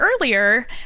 earlier